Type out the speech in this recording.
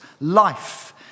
life